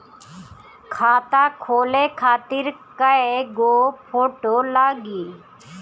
खाता खोले खातिर कय गो फोटो लागी?